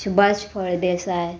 Subhash Phaldesai